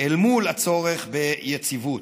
אל מול הצורך ביציבות.